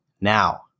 now